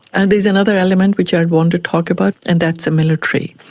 and there is another element which i want to talk about and that's the military.